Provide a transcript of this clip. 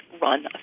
run